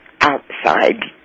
outside